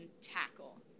tackle